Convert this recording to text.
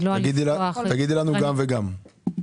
גם וגם.